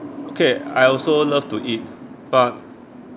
okay I also love to eat but